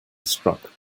struck